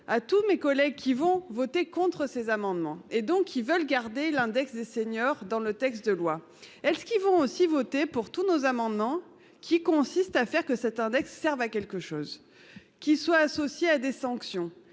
à tous mes collègues qui vont voter contre ces amendements et donc ils veulent garder l'index des seniors dans le texte de loi elle ce qui vont aussi voter pour tous nos amendements qui consiste à faire que cet index serve à quelque chose qui soit associée à des sanctions